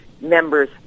members